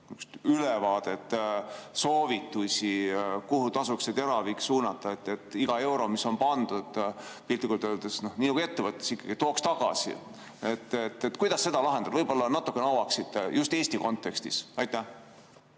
ülevaadet ja soovitusi, kuhu tasuks teravik suunata, et iga euro, mis on pandud, piltlikult öeldes, ettevõttesse, ikkagi tooks tagasi? Kuidas seda lahendada? Võib-olla natuke avaksite seda teemat just Eesti kontekstis. Aitäh